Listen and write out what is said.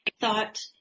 thought